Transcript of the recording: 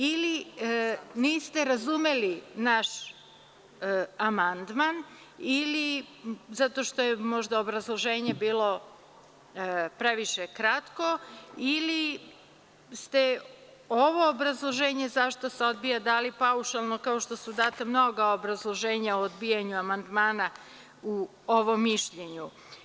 Ili niste razumeli naš amandman zato što je možda obrazloženje bilo previše kratko ili ste ovo obrazloženje zašto se odboja dali paušalno kao što su data mnoga obrazloženja o odbijanju amandmana u ovom mišljenju.